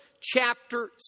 chapter